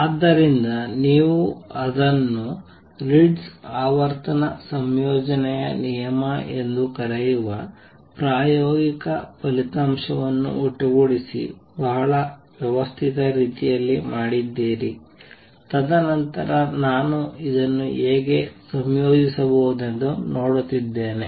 ಆದ್ದರಿಂದ ನೀವು ಅದನ್ನು ರಿಟ್ಜ್ ಆವರ್ತನ ಸಂಯೋಜನೆಯ ನಿಯಮ ಎಂದು ಕರೆಯುವ ಪ್ರಾಯೋಗಿಕ ಫಲಿತಾಂಶವನ್ನು ಒಟ್ಟುಗೂಡಿಸಿ ಬಹಳ ವ್ಯವಸ್ಥಿತ ರೀತಿಯಲ್ಲಿ ಮಾಡಿದ್ದೀರಿ ತದನಂತರ ನಾನು ಇದನ್ನು ಹೇಗೆ ಸಂಯೋಜಿಸಬಹುದೆಂದು ನೋಡುತ್ತಿದ್ದೇನೆ